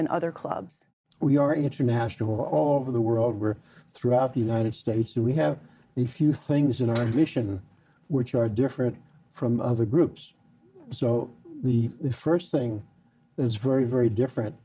than other clubs we are international all over the world were throughout the united states and we have a few things in our mission which are different from other groups so the first thing that is very very different